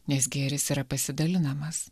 nes gėris yra pasidalinamas